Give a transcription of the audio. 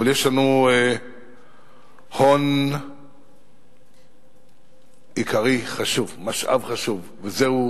אבל יש לנו הון עיקרי חשוב, משאב חשוב, וזהו